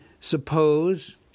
suppose